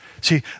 See